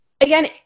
again